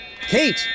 Kate